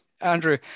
andrew